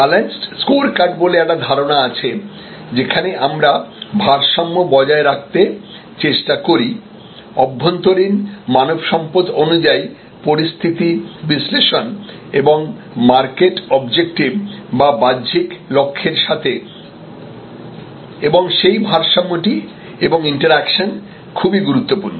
balanced scorecard বলে একটি ধারণা আছে যেখানে আমরা ভারসাম্য বজায় রাখতে চেষ্টা করি অভ্যন্তরীণ মানবসম্পদ অনুযায়ী পরিস্থিতি বিশ্লেষণ এবং মার্কেট অবজেক্টিভ বা বাহ্যিক লক্ষ্যের সাথে এবং সেই ভারসাম্যটি এবং ইন্টেরাকশন খুবই গুরুত্বপূর্ণ